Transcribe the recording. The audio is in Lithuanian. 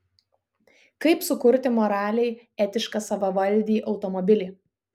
kaip sukurti moraliai etišką savavaldį automobilį